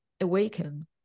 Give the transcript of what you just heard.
awaken